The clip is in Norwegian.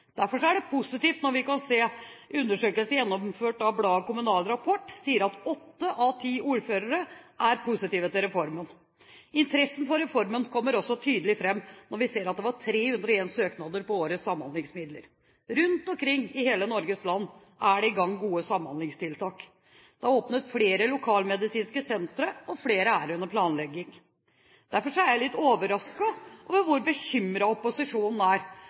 Derfor er det positivt når vi ser i en undersøkelse gjennomført av bladet Kommunal Rapport at åtte av ti ordførere sier de er positive til reformen. Interessen for reformen kommer også tydelig fram når vi ser at det var 301 søknader på årets samhandlingsmidler. Rundt omkring i hele Norges land er det i gang gode samhandlingstiltak. Det er åpnet flere lokalmedisinske sentre, og flere er under planlegging. Derfor er jeg litt overrasket over hvor bekymret opposisjonen er